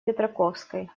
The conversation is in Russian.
петраковской